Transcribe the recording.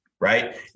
Right